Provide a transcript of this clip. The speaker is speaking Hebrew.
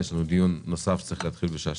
יש לנו דיון נוסף שצריך להתחיל בשעה